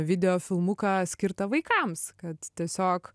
videofilmuką skirtą vaikams kad tiesiog